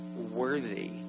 worthy